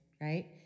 right